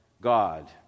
God